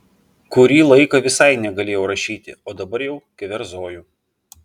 kurį laiką visai negalėjau rašyti o dabar jau keverzoju